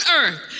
earth